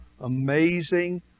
amazing